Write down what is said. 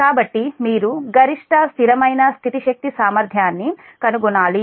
కాబట్టి మీరు గరిష్ట స్థిరమైన స్థితి శక్తి సామర్థ్యాన్ని కనుగొనాలి